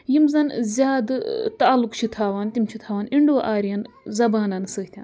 یِم زَن زیادٕ تعلُق چھِ تھاوان تِم چھِ تھاوان اِنڈو آریَن زَبانَن سۭتۍ